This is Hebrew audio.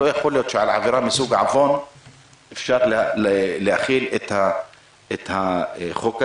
לא יכול להיות שעל עבירה מסוג עוון אפשר להחיל את החוק הזה.